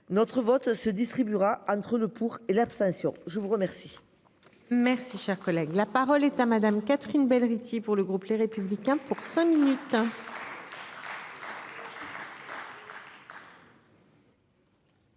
notre vote ce distribuera entre le pour et l'abstention. Je vous remercie. Merci, cher collègue, la parole est à Madame, Catherine Bell Rithy pour le groupe Les Républicains pour cinq minutes.